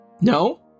No